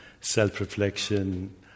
self-reflection